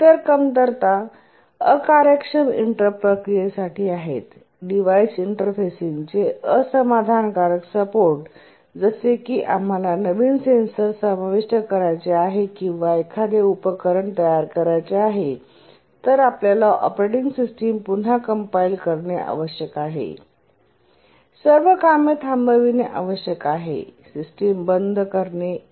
इतर कमतरता अकार्यक्षम इंटरप्ट प्रक्रियेसाठी आहेत डिव्हाइस इंटरफेसिंगचे असमाधानकारक सपोर्ट जसे की आम्हाला नवीन सेन्सर समाविष्ट करायचे आहे किंवा एखादे उपकरण तयार करायचे आहे तर आपल्याला ऑपरेटिंग सिस्टम पुन्हा कंपाईल करणे आवश्यक आहे सर्व कामे थांबवणे आवश्यक आहे सिस्टम बंद करणे इ